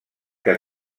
que